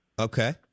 Okay